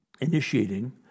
initiating